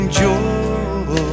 joy